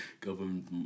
Government